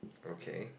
okay